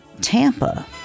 Tampa